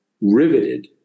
riveted